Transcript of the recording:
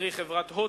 קרי חברת "הוט",